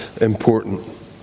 important